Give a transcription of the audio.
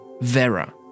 VERA